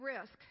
risk